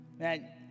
Man